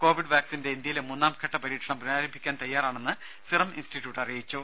രുമ കോവിഡ് വാക്സിന്റെ ഇന്ത്യയിലെ മൂന്നാം ഘട്ട പരീക്ഷണം പുനഃരാരംഭിക്കാൻ തയ്യാറാണെന്ന് സിറം ഇൻസ്റ്റിറ്റ്യൂട്ട് അറിയിച്ചു